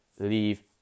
Leave